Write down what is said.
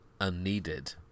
unneeded